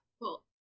Cool